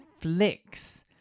flicks